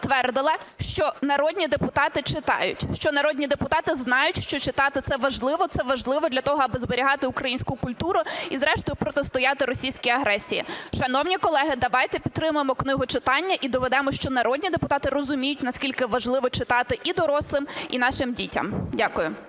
що народні депутати читають, що народні депутати знають, що читати це важливо, це важливо для того, аби зберігати українську культуру і зрештою протистояти російській агресії. Шановні колеги, давайте підтримаємо книгочитання і доведемо, що народні депутати розуміють, наскільки важливо читати і дорослим, і нашим дітям. Дякую.